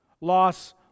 loss